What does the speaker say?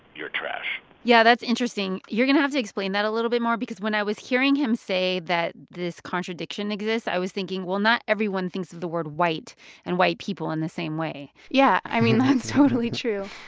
you're trash yeah. that's interesting. you're going to have to explain that a little bit more because when i was hearing him say that this contradiction exists, i was thinking, well, not everyone thinks of the word white and white people in the same way yeah. i mean, that's totally true.